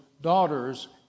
daughters